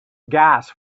gas